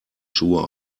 schuhe